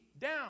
down